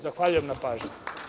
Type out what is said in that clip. Zahvaljujem na pažnji.